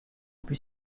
puis